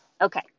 okay